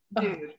dude